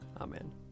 Amen